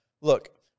look